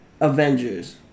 Avengers